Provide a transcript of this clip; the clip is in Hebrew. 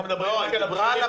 הוא דיבר על הבכירים.